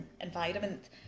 environment